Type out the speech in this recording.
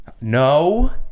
No